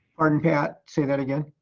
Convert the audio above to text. pardon pat, say that again?